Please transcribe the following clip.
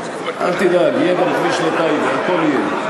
אל תדאג, יהיה גם כביש לטייבה, הכול יהיה.